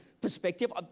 perspective